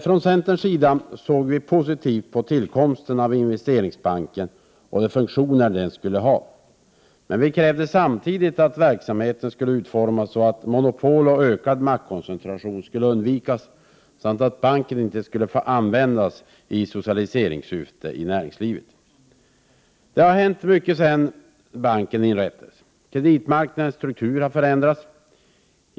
Från centerpartiets sida såg vi positivt på tillkomsten av Investeringsbanken och de funktioner den skulle ha. Men vi krävde samtidigt att verksamheten skulle utformas så att monopol och ökad maktkoncentration skulle undvikas samt att banken inte skulle få användas i socialiseringssyfte inom näringslivet. Det har hänt mycket sedan banken inrättades. Kreditmarknadens struktur har förändrats.